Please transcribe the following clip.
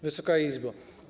Wysoka Izbo!